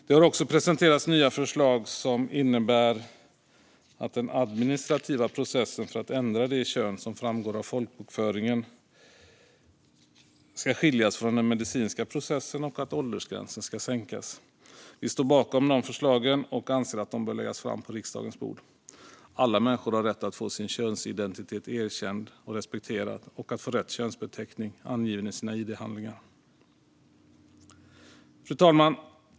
Det har också presenterats nya förslag som innebär att den administrativa processen för att ändra det kön som framgår av folkbokföringen ska skiljas från den medicinska processen och att åldersgränsen ska sänkas. Vi står bakom de förslagen och anser att de bör läggas fram på riksdagens bord. Alla människor har rätt att få sin könsidentitet erkänd och respekterad och att få rätt könsbeteckning angiven i sina id-handlingar. Fru talman!